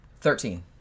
Thirteen